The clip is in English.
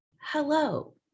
hello